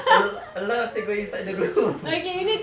a lot a lot of things going inside the room